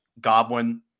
Goblin